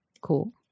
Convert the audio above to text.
cool